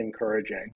encouraging